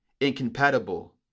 incompatible